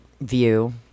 view